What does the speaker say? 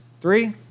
Three